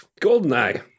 Goldeneye